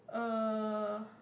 uh